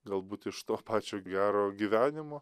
galbūt iš to pačio gero gyvenimo